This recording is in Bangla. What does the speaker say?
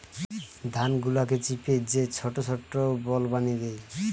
ধান গুলাকে চিপে যে ছোট ছোট বল বানি দ্যায়